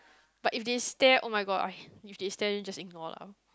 but if they stare oh-my-God if they stare then just ignore lah